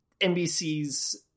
NBC's